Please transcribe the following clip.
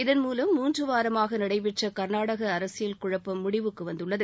இதன்மூலம் மூன்றுவாரமாக நடைபெற்ற கர்நாடக அரசியல் குழப்பம் முடிவுக்கு வந்துள்ளது